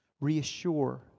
Reassure